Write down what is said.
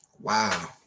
Wow